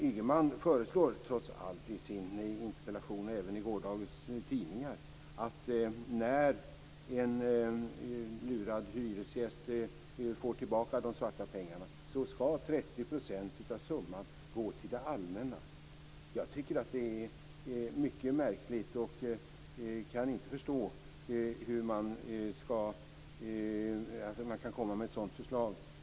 Ygeman föreslår trots allt i sin interpellation, och även i gårdagens tidningar, att när en lurad hyresgäst får tillbaka de svarta pengarna skall 30 % av summan gå till det allmänna. Jag tycker att det är mycket märkligt, och jag förstår inte hur man kan komma med ett sådant förslag.